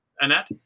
Annette